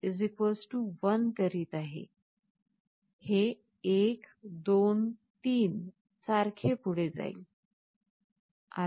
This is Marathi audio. प्रारंभी मी स्टेट 1 करीत आहे हे 1 2 3 सारखे पुढे जाईल